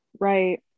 right